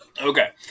Okay